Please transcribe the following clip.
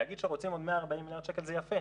להגיד שרוצים עוד 140 מיליון שקל זה יפה,